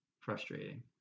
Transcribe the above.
frustrating